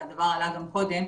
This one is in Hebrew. והדבר עלה גם קודם,